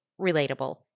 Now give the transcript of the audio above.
Relatable